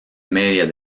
media